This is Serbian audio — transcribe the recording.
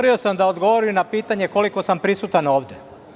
Zaboravio sam da odgovorim na pitanje - koliko sam prisutan ovde?